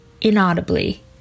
inaudibly